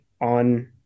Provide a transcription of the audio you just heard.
on